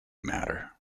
matter